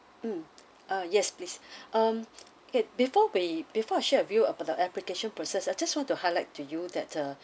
mm ah yes please um okay before we before I share with you the application process I just want to highlight to you that uh